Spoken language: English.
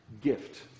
gift